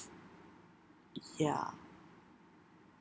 ya